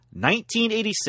1986